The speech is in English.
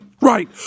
Right